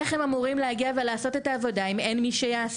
איך הם אמורים להגיע ולעשות את העבודה אם אין מי שיעשה?